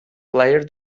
player